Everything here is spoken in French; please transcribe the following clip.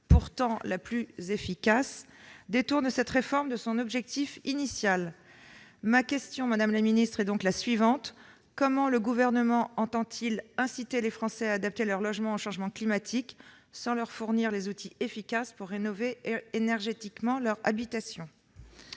pourtant la plus efficace, détourne cette réforme de son objectif initial. Madame la ministre, ma question est donc la suivante : comment le Gouvernement entend-il inciter les Français à adapter leur logement aux changements climatiques sans leur fournir des outils efficaces pour rénover énergétiquement leur habitation ?